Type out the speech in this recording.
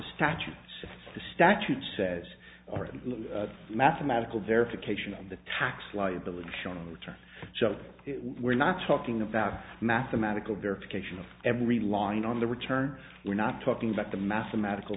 statute statute says are in lieu mathematical verification of the tax liability shown in return so we're not talking about mathematical verification of every line on the return we're not talking about the mathematical